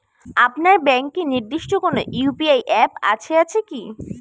আপনার ব্যাংকের নির্দিষ্ট কোনো ইউ.পি.আই অ্যাপ আছে আছে কি?